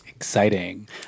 exciting